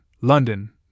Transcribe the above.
London